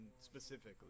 specifically